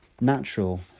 natural